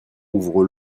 ouvre